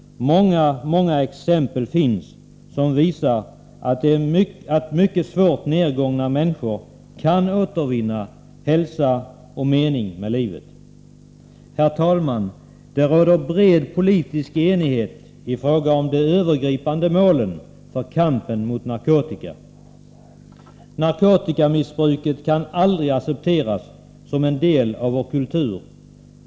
Det finns många exempel på att mycket svårt nedgångna människor kan återvinna hälsa och finna en mening med livet. Herr talman! Det råder en bred politisk enighet om de övergripande målen för kampen mot narkotika. Narkotikamissbruket kan aldrig accepteras som en del av vår kultur.